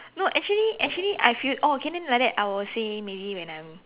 no actually actually I feel oh okay then like that I will say maybe when I'm